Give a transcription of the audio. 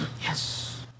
yes